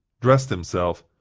dressed himself,